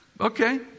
Okay